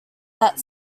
that